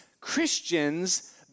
Christians